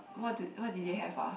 what do what did they have ah